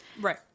Right